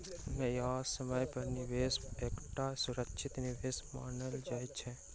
न्यायसम्य पर निवेश एकटा सुरक्षित निवेश मानल जाइत अछि